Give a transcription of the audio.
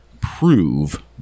prove